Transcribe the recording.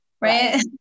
Right